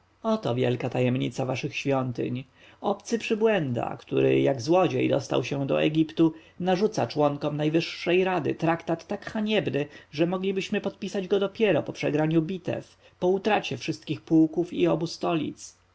oto wielka tajemnica waszych świątyń obcy przybłęda który jak złodziej dostał się do egiptu narzuca członkom najwyższej rady traktat tak haniebny że moglibyśmy podpisać go dopiero po przegraniu bitew po utracie wszystkich pułków i obu stolic